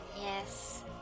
Yes